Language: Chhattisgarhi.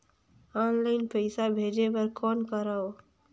ऑनलाइन पईसा भेजे बर कौन करव?